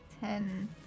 ten